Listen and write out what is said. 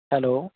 hello